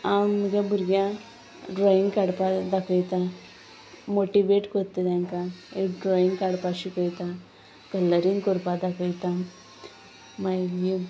हांव म्हग्या भुरग्यांक ड्रॉईंग काडपा दाखयता मोटिवेट करता तांकां एक ड्रॉइंग काडपा शिकयता कलरींग करपा दाखयता मागीर